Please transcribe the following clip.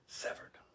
severed